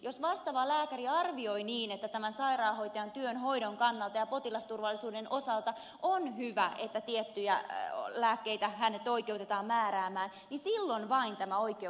jos vastaava lääkäri arvioi niin että tämän sairaanhoitajan työn hoidon kannalta ja potilasturvallisuuden osalta on hyvä että tiettyjä lääkkeitä hänet oikeutetaan määräämään niin silloin vain tämä oikeus tulee